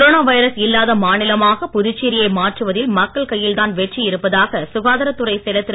corona virus இல்லாத மாநிலமாக புதுச்சேரி யை மாற்றுவதில் மக்கள் கையில்தான் வெற்றி இருப்பதாக சுகாதாரத் துறைச் செயலர் திரு